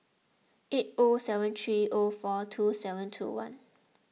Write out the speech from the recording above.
eight O seven three O four two seven two one